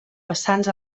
vessants